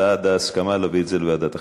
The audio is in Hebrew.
בעד ההסכמה להעביר את זה לוועדת החינוך.